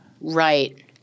Right